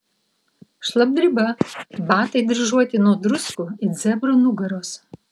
šlapdriba batai dryžuoti nuo druskų it zebrų nugaros